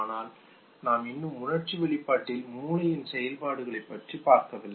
ஆனால் நாம் இன்னும் உணர்ச்சி வெளிப்பாட்டில் மூளையின் செயல்பாடுகளைப் பற்றி பார்க்கவில்லை